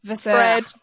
Fred